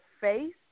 face